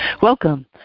Welcome